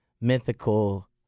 mythical